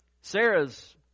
Sarah's